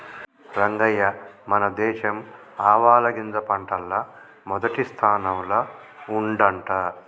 రంగయ్య మన దేశం ఆవాలగింజ పంటల్ల మొదటి స్థానంల ఉండంట